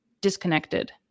disconnected